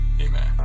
Amen